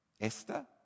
Esther